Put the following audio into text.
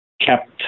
kept